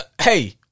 hey